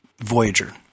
Voyager